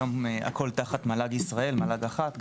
היום הכול תחת מל"ג ישראל, מל"ג אחד.